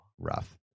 Rough